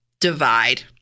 divide